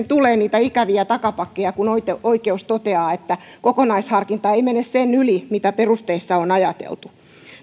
tulee niitä ikäviä takapakkeja kun oikeus toteaa että kokonaisharkinta ei mene sen yli mitä perusteissa on ajateltu